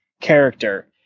character